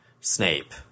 Snape